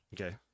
okay